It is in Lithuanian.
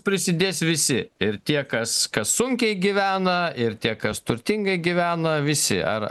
prisidės visi ir tie kas kas sunkiai gyvena ir tie kas turtingai gyvena visi ar